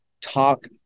talk